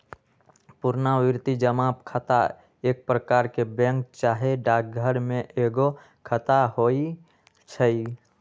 पुरनावृति जमा खता एक प्रकार के बैंक चाहे डाकघर में एगो खता होइ छइ